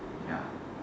ya